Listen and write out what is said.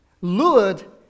lured